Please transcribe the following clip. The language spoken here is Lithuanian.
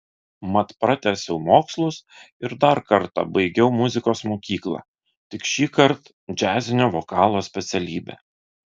mat pratęsiau mokslus ir dar kartą baigiau muzikos mokyklą tik šįkart džiazinio vokalo specialybę